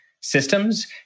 systems